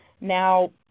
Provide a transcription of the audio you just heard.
Now